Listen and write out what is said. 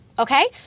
Okay